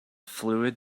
fluid